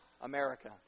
America